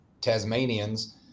Tasmanians